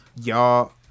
y'all